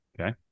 Okay